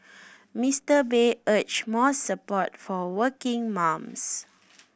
Mister Bay urged more support for working mums